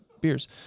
beers